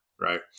right